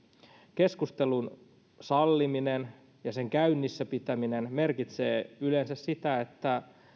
keskustelun salliminen ja sen käynnissä pitäminen merkitsee yleensä sitä että